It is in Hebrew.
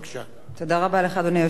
תודה רבה לך, אדוני היושב-ראש.